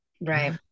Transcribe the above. right